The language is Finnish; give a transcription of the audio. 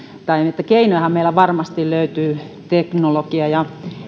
tai niitä keinojahan meillä varmasti löytyy teknologiaa ja